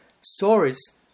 stories